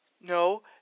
No